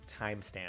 timestamp